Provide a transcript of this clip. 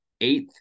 eighth